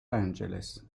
angeles